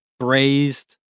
braised